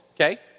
okay